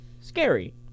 scary